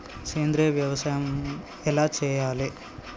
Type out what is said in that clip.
సేంద్రీయ వ్యవసాయం ఎలా చెయ్యాలే?